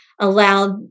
allowed